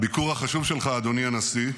הביקור החשוב שלך, אדוני הנשיא,